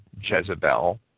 Jezebel